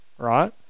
right